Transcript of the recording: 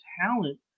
talent